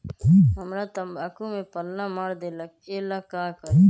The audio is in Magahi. हमरा तंबाकू में पल्ला मार देलक ये ला का करी?